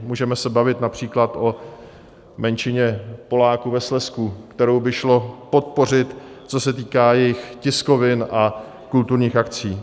Můžeme se bavit například o menšině Poláků ve Slezsku, kterou by šlo podpořit, co se týká jejich tiskovin a kulturních akcí.